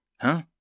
Huh